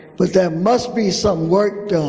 but there must be some work